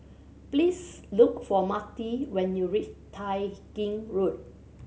please look for Marti when you reach Tai Gin Road